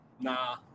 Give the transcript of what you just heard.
Nah